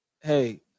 Hey